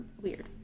weird